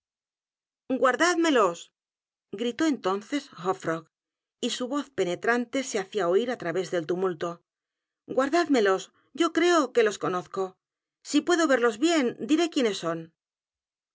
f r o g y su vez penetrante se hacía oir á través del tumulto guardádmelos yo creo que los conozco si puedo verlos bien diré quiénes son